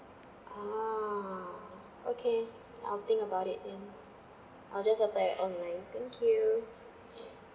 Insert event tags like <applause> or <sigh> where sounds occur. ah okay I'll think about it then I'll just apply it online thank you <noise>